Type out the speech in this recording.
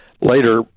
later